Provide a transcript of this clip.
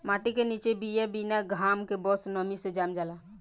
माटी के निचे बिया बिना घाम के बस नमी से जाम जाला